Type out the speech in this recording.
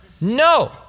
No